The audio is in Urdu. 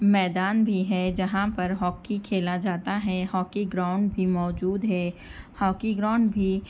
میدان بھی ہے جہاں پر ہاکی کھیلا جاتا ہے ہاکی گراؤنڈ بھی موجود ہے ہاکی گراؤنڈ بھی